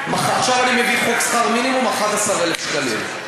עכשיו אני מביא חוק שכר מינימום, 11,000 שקלים.